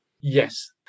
Yes